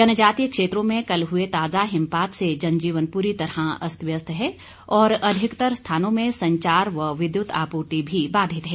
जनजातीय क्षेत्रों में कल हुए ताजा हिमपात से जनजीवन पुरी तरह अस्त व्यस्त है और अधिकतर स्थानों में संचार व विद्युत आपूर्ति भी बाधित है